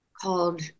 called